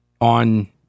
on